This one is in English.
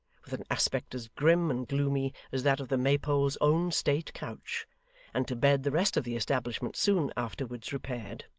with an aspect as grim and gloomy as that of the maypole's own state couch and to bed the rest of the establishment soon afterwards repaired.